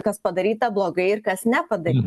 kas padaryta blogai ir kas nepadaryta